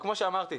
וכמו שאמרתי,